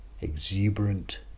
Exuberant